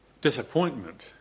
disappointment